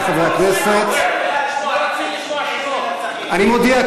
נאצי כמוך, מייד החוצה.